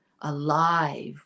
alive